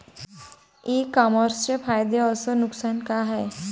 इ कामर्सचे फायदे अस नुकसान का हाये